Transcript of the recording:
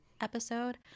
episode